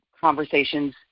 conversations